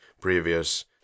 previous